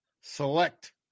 select